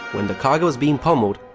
when the kaga was being pummeled,